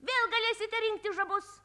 vėl galėsite rinkti žabus